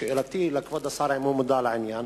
שאלתי לכבוד השר היא אם הוא מודע לעניין,